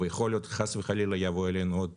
ויכול להיות חס וחלילה יבוא אלינו עוד